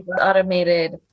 automated